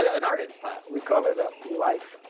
ah an artist class. we call it a like